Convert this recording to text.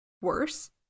worse